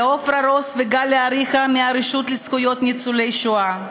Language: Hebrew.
לעפרה רוס וגליה אריכא מהרשות לזכויות ניצולי השואה.